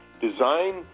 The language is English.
design